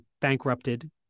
bankrupted